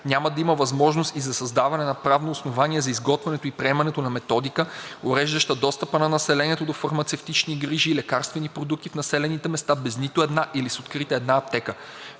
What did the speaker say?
Няма да има възможност и за създаване на правно основание за изготвяне и приемане на методика, уреждаща достъпа на населението до фармацевтични грижи и лекарствени продукти в населени места без нито една или с открита една аптека.